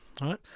right